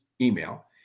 email